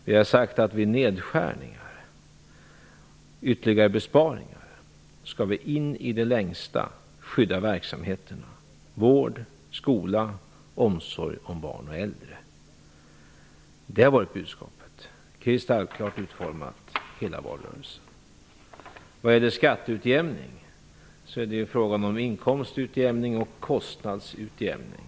Vi har sagt att vid nedskärningar, ytterligare besparingar, skall vi in i det längsta skydda verksamheterna: vården, skolan, omsorgen om barn och äldre. Det har varit budskapet, kristallklart utformat under hela valrörelsen. Vad gäller skatteutjämning är det fråga om inkomstutjämning och kostnadsutjämning.